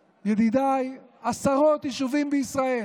בדיוק כמו חיפה, בדיוק כמו ירושלים,